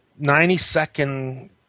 90-second